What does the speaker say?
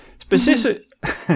Specific